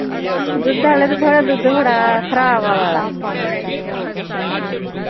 दुध्द आह्ले ते थुआढ़ा दुध्द बड़ा खराब आवा दा